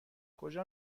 کجا